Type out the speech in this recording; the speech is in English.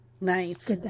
nice